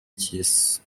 cy’isi